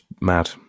mad